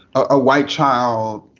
a white child,